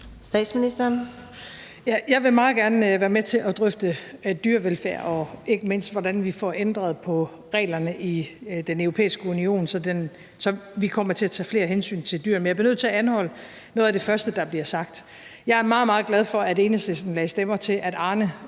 Frederiksen): Jeg vil meget gerne være med til at drøfte dyrevelfærd og ikke mindst, hvordan vi får ændret på reglerne i Den Europæiske Union, så vi kommer til at tage flere hensyn til dyr. Men jeg bliver nødt til at anholde noget af det første, der bliver sagt. Jeg er meget, meget glad for, at Enhedslisten lagde stemmer til, at Arne